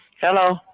hello